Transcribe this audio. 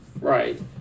Right